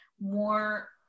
more